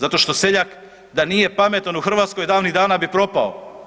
Zato što seljak da nije pametan u Hrva5tskoj, davnih dana bi propao.